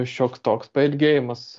šioks toks pailgėjimas